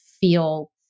feel